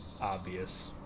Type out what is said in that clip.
obvious